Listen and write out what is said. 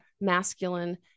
masculine